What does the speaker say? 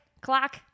clock